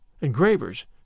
engravers